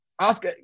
ask